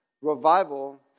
revival